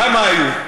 כמה היו?